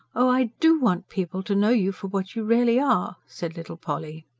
oh, i do want people to know you for what you really are! said little polly.